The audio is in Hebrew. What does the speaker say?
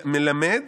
"מלמד